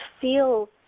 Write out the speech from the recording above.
feel